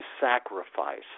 sacrifice